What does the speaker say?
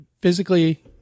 physically